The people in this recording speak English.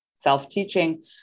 self-teaching